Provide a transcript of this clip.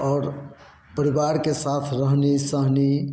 और परिवार के साथ रहने सहने